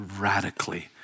radically